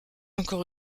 encore